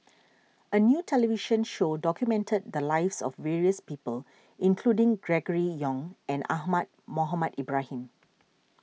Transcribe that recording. a new television show documented the lives of various people including Gregory Yong and Ahmad Mohamed Ibrahim